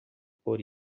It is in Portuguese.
por